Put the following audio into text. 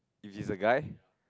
if he's a guy